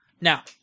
Now